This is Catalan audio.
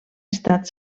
estat